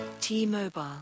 T-Mobile